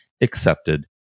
accepted